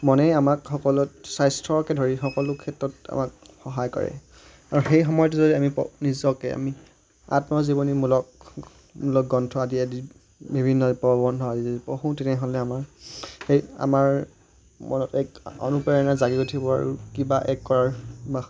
মনেই আমাক সকলো স্বাস্থ্যকে ধৰি সকলো ক্ষেত্ৰত আমাক সহায় কৰে আৰু সেই সময়টো যদি আমি নিজকে আমি আত্মজীৱনীমূলকমূলক গ্ৰন্থ আদি আদি বিভিন্ন প্ৰবন্ধ আদি যদি পঢ়ো তেনেহ'লে আমাৰ সেই আমাৰ মনত এক অনুপ্ৰেৰণা জাগি উঠিব আৰু কিবা এক কৰাৰ বা